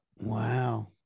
Wow